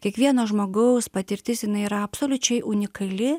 kiekvieno žmogaus patirtis jinai yra absoliučiai unikali